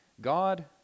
God